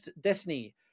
destiny